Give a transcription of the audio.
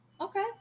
Okay